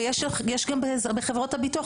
ויש גם בחברות הביטוח.